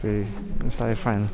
tai visai faina